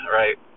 right